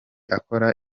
akora